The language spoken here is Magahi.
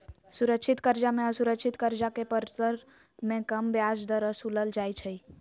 सुरक्षित करजा में असुरक्षित करजा के परतर में कम ब्याज दर असुलल जाइ छइ